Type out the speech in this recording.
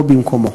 לא במקומו.